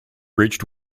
reached